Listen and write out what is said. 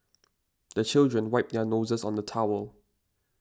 the children wipe their noses on the towel